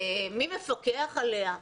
מי מפקח עליה.